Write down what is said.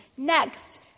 Next